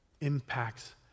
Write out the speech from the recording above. impacts